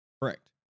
Correct